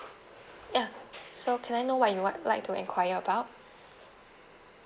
ya so can I know what you want like to enquire about